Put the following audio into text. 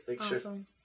Awesome